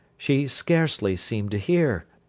she scarcely seemed to hear.